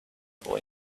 boy